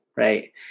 right